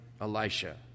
Elisha